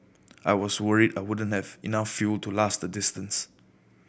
I was worried I wouldn't have enough fuel to last the distance